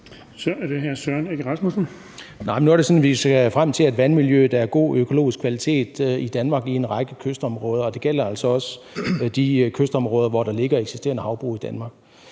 Kl. 14:17 Søren Egge Rasmussen (EL): Nu er det sådan, at vi ser frem til, at vandmiljøet er af god økologisk kvalitet i Danmark i en række kystområder, og det gælder altså også de kystområder, hvor der ligger eksisterende havbrug i Danmark.